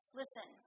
listen